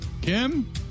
Kim